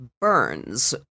burns